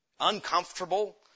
uncomfortable